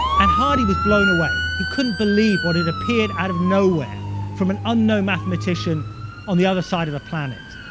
and hardy was blown away. he couldn't believe what had appeared out of nowhere from an unknown mathematician on the other side of the planet.